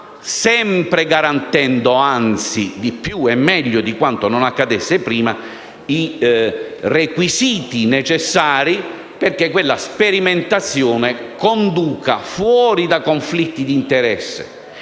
sempre garantendo - anzi, più e meglio di quanto non accadesse prima - i requisiti necessari affinché quella sperimentazione conduca fuori da conflitti di interesse.